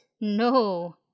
No